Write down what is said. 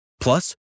Plus